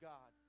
God